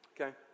Okay